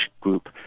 group